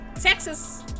Texas